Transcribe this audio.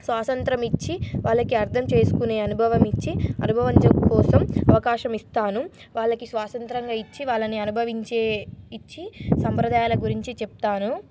స్వతంత్రం ఇచ్చి వాళ్ళకి అర్థం చేసుకునే అనుభవం ఇచ్చి అనుభవం కోసం అవకాశం ఇస్తాను వాళ్ళకి స్వతంత్రంగా ఇచ్చి వాళ్ళని అనుభవించనిచ్చి సంప్రదాయాల గురించి చెప్తాను